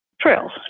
trails